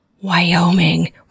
Wyoming